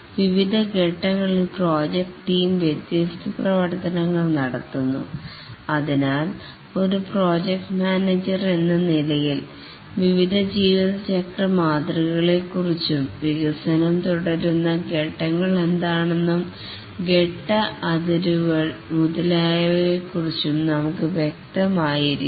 വിവിധ ഘട്ടങ്ങളിൽ project team വ്യത്യസ്ത പ്രവർത്തനങ്ങൾ നടത്തുന്നു അതിനാൽ ഒരു പ്രോജക്റ്റ് മാനേജർ എന്ന നിലയിൽ വിവിധ ജീവിതചക്രാ മാതൃകകളെ കുറിച്ചും വികസനം തുടരുന്ന ഘട്ടങ്ങൾ എന്താണെന്നും ഘട്ട അതിരുകൾ മുതലായവയെകുറിച്ചും നമുക്ക് വ്യക്തമായി ഇരിക്കണം